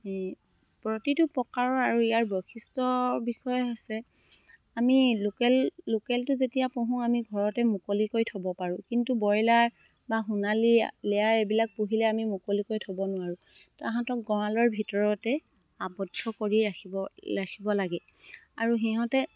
প্ৰতিটো প্ৰকাৰৰ আৰু ইয়াৰ বৈশিষ্ট্যৰ বিষয়ে হৈছে আমি লোকেল লোকেলটো যেতিয়া পুহোঁ আমি ঘৰতে মুকলিকৈ থ'ব পাৰোঁ কিন্তু ব্ৰইলাৰ বা সোণালী লেয়াৰ এইবিলাক পুহিলে আমি মুকলিকৈ থ'ব নোৱাৰোঁ তাহাঁঁতক গঁৰালৰ ভিতৰতে আৱদ্ধ কৰি ৰাখিব ৰাখিব লাগে আৰু সিহঁতে